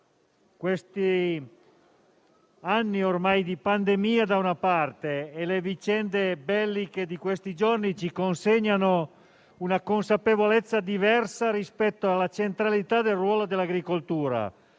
questi anni di pandemia prima e le vicende belliche degli ultimi giorni ci consegnano ora una consapevolezza diversa rispetto alla centralità del ruolo dell'agricoltura.